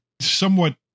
somewhat